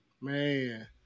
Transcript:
Man